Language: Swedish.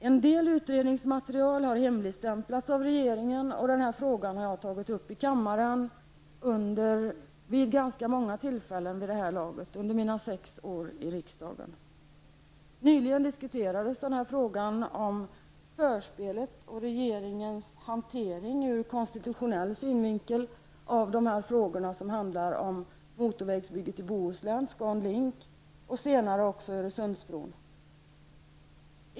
En del utredningsmaterial har hemligstämplats av regeringen. Denna fråga har jag -- under mina sex år i riksdagen -- vid det här laget tagit upp vid ganska många tillfällen. Nyligen diskuterades frågan om förspelet och regeringens hantering sett ur konstitutionell synvinkel av frågorna om motorvägsbygget i Öresundsbron.